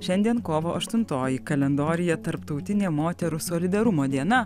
šiandien kovo aštuntoji kalendoriuje tarptautinė moterų solidarumo diena